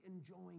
enjoying